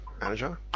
manager